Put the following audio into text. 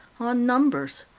on numbers.